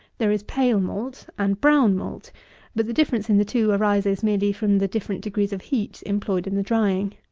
there is pale malt and brown malt but the difference in the two arises merely from the different degrees of heat employed in the drying.